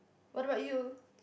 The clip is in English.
what about you